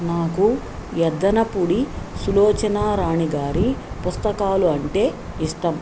నాకు యద్దనపుడి సులోచన రాణి గారి పుస్తకాలు అంటే ఇష్టం